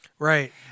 Right